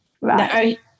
Right